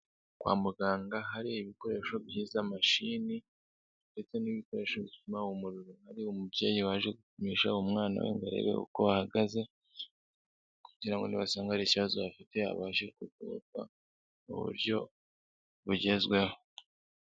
Kwa muganga hari ibikoresho byiza mashini ndetse n'ibikoresho bipima umuriro, hari umubyeyi waje gupimisha umwana we ngo arebe uko ahahagaze, kugira n'ibasanga ari ikibazo afite abashe kuvurwa mu buryo bugezweho.